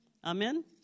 Amen